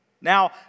Now